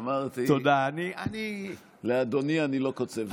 אמרתי שלאדוני אני לא קוצב זמן.